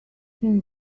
can